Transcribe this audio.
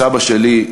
סבא שלי,